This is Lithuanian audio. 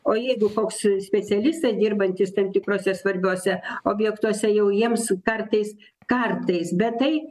o jeigu koks specialistai dirbantys tam tikruose svarbiuose objektuose jau jiems kartais kartais bet tai